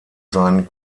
sein